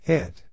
Hit